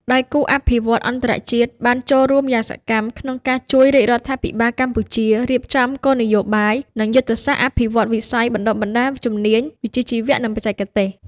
ដៃគូអភិវឌ្ឍន៍អន្តរជាតិបានចូលរួមយ៉ាងសកម្មក្នុងការជួយរាជរដ្ឋាភិបាលកម្ពុជារៀបចំគោលនយោបាយ និងយុទ្ធសាស្ត្រអភិវឌ្ឍន៍វិស័យបណ្តុះបណ្តាលជំនាញវិជ្ជាជីវៈ និងបច្ចេកទេស។